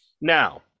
Now